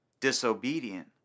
Disobedient